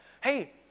Hey